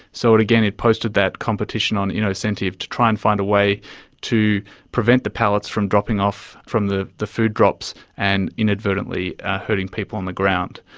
so again, it posted that competition on innocentive to try and find a way to prevent the pallets from dropping off from the the food drops and inadvertently hurting people on the ground.